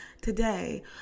today